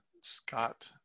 Scott